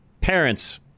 parents